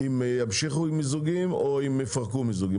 אם ימשיכו עם מיזוגים או אם יפרקו מיזוגים,